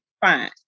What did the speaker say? fine